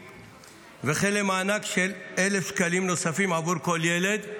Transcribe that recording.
וכן למענק של 1,000 שקלים נוספים עבור כל ילד.